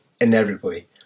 inevitably